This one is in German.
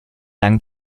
langen